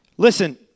Listen